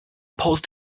post